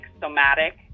somatic